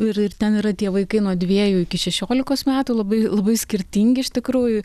ir ir ten yra tie vaikai nuo dviejų iki šešiolikos metų labai labai skirtingi iš tikrųjų